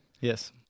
Yes